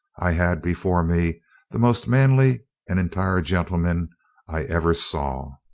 i had before me the most manly and entire gentleman i ever saw.